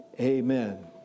Amen